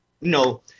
No